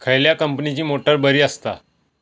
खयल्या कंपनीची मोटार बरी असता?